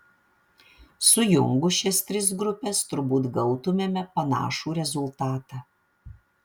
sujungus šias tris grupes turbūt gautumėme panašų rezultatą